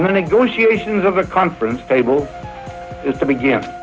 negotiations of a conference table is to begin.